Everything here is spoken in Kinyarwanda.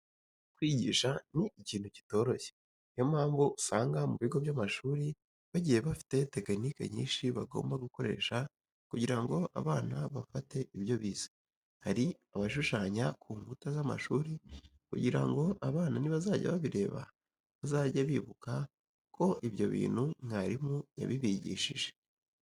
Kwigisha ni ikintu kitoroshye, niyo mpamvu usanga mu bigo by'amashuri bagiye bafite tekenike nyinshi bagomba gukoresha kugira ngo abana bafate ibyo bize. Hari abashushanya ku nkuta z'amashuri kugira ngo abana nibazajya babireba bazajye bibuka ko ibyo bintu mwarimu yabibigishije.